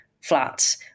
flats